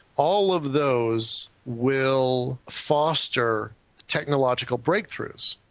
all of those will foster technological breakthroughs.